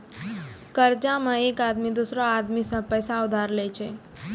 कर्जा मे एक आदमी दोसरो आदमी सं पैसा उधार लेय छै